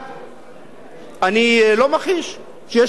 אני לא מכחיש שיש תהליך ומתקיים תהליך הקשבה,